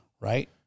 Right